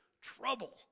trouble